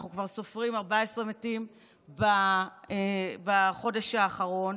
אנחנו כבר סופרים 14 מתים בחודש האחרון.